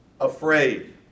afraid